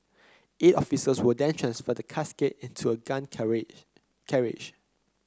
eight officers will then transfer the casket into a gun carriage carriage